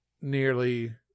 nearly